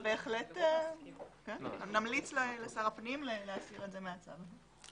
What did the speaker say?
בהחלט נמליץ לשר הפנים להסיר את זה מהצו.